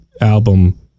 album